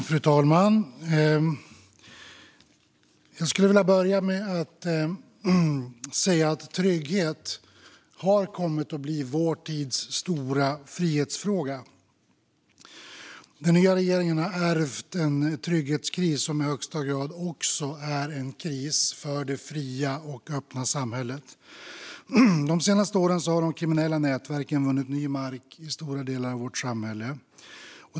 Fru talman! Jag skulle vilja börja med att säga att trygghet har kommit att bli vår tids stora frihetsfråga. Den nya regeringen har ärvt en trygghetskris som i högsta grad också är en kris för det fria och öppna samhället. De senaste åren har de kriminella nätverken vunnit ny mark i stora delar av vårt samhälle.